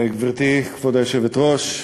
גברתי כבוד היושבת-ראש,